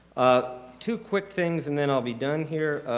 ah two quick things and then i'll be done here.